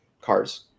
cars